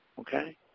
okay